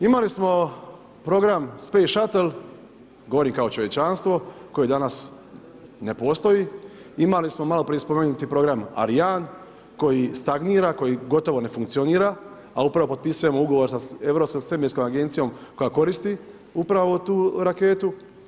Imali smo program Space Shutle, govorim kao čovječanstvo koji danas ne postoji, imali smo malo prije spomenuti program Ariane koji stagnira, koji gotovo ne funkcionira, a upravo potpisujemo ugovor sa Europskom svemirskom agencijom koja koristi upravo tu raketu.